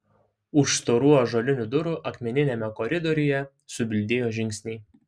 už storų ąžuolinių durų akmeniniame koridoriuje subildėjo žingsniai